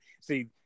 See